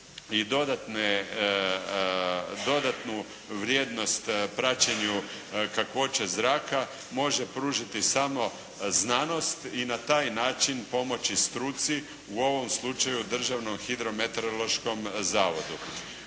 i dodatnu vrijednost praćenju kakvoće zraka može pružiti samo znanost i na taj način pomoći struci, u ovom slučaju Državnom hidrometeorološkom zavodu.